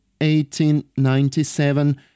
1897